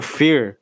fear